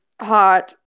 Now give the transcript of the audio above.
hot